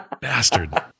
Bastard